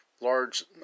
large